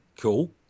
Cool